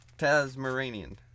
Tasmanian